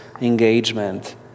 engagement